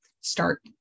Start